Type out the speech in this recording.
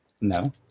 No